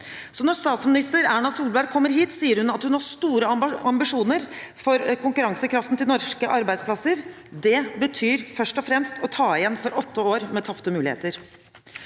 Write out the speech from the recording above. når statsminister Erna Solberg kommer hit, sier hun at hun har store ambisjoner for konkurransekraften til norske arbeidsplasser. Det betyr først og fremst å ta igjen for åtte år med tapte muligheter.